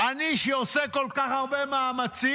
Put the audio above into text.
אני שעושה כל כך הרבה מאמצים